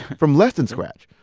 from less than scratch.